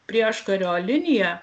prieškario linija